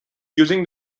using